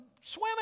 swimming